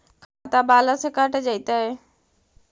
खाता बाला से कट जयतैय?